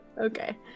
Okay